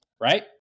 Right